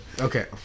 Okay